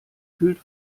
fühlt